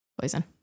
Poison